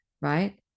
right